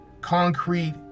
concrete